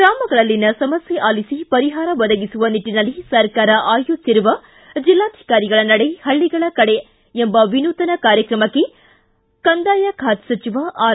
ಗ್ರಾಮಗಳಲ್ಲಿನ ಸಮಸ್ಯೆ ಆಲಿಸಿ ಪರಿಹಾರ ಒದಗಿಸುವ ನಿಟ್ಟನಲ್ಲಿ ಸರ್ಕಾರ ಆಯೋಜಿಸಿರುವ ಜಿಲ್ಲಾಧಿಕಾರಿಗಳ ನಡೆ ಹಳ್ಳಿಗಳ ಕಡೆ ಎಂಬ ವಿನೂತನ ಕಾರ್ಯಕ್ರಮಕ್ಕೆ ಕಂದಾಯ ಖಾತೆ ಸಚಿವ ಆರ್